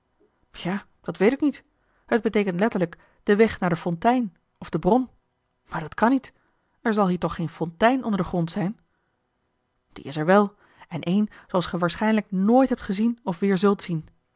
ja dat weet ik niet het beteekent letterlijk de weg naar de fontein of de bron maar dat kan niet er zal hier toch geen fontein onder den grond zijn die is er wel en een zooals ge waarschijnlijk nooit hebt gezien of weer zult zien